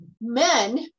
men